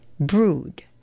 Brood